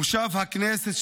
מושב הכנסת,